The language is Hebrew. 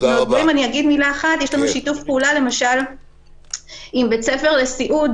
יש לנו שיתוף פעולה למשל עם בית ספר לסיעוד